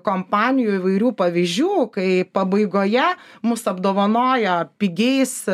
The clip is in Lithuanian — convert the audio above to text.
kompanijų įvairių pavyzdžių kai pabaigoje mus apdovanojo pigiais